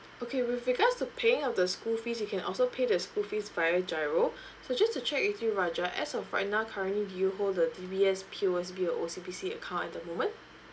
okay with regards to paying of the school fees you can also pay the school fees via giro so just to check with you fajar as of right now currently do you hold the D_B_S P_O_S_B or O_C_B_C account at the moment